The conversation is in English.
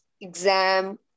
exam